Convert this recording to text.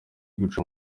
guca